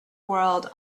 world